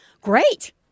great